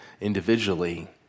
individually